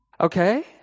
okay